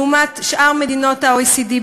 לעומת שאר מדינות ה-OECD,